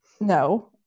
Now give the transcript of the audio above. No